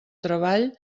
treball